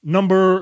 Number